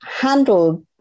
handled